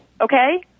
okay